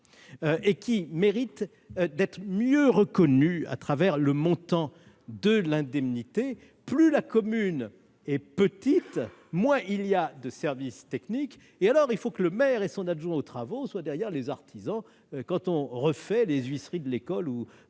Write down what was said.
et mérite d'être mieux reconnu à travers le montant de l'indemnité. Plus la commune est petite, moins elle dispose de services techniques, ce qui contraint le maire et son adjoint aux travaux à être derrière les artisans quand on refait les huisseries de l'école